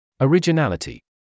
Originality